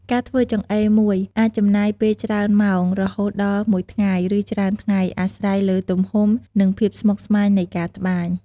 ការធ្វើចង្អេរមួយ អាចចំណាយពេលច្រើនម៉ោង រហូតដល់មួយថ្ងៃ ឬច្រើនថ្ងៃ អាស្រ័យលើទំហំ និងភាពស្មុគស្មាញនៃការត្បាញ។